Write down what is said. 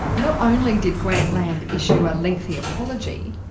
not only did grantland issue a lengthy apology,